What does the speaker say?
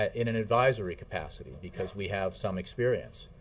ah in an advisory capacity because we have some experience